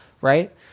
Right